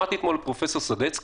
שמעתי אתמול את פרופ' סדצקי